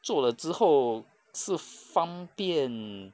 做了之后是方便